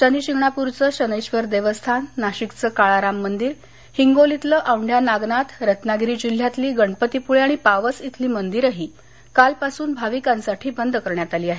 शनिशिंगणापूरचं शनैश्वर देवस्थान नाशिकचं काळा राम मंदीर हिंगोलीतलं औदृया नागनाथ रत्नागिरी जिल्ह्यातली गणपतीपूळे आणि पावस खिली मंदिरंही कालपासून भाविकांसाठी बंद करण्यात आली आहेत